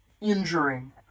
injuring